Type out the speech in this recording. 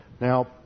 Now